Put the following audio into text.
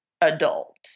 adult